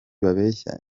babeshya